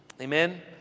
Amen